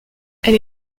elle